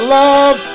love